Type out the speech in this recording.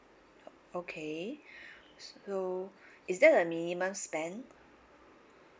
okay so is there a minimum spend